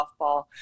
softball